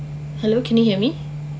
hello can you hear me